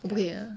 我不可以的